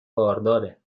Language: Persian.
بارداره